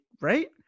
right